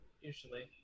usually